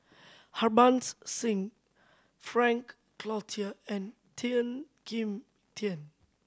Harbans Singh Frank Cloutier and Tian Kim Tian